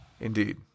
Indeed